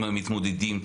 עם המתמודדים,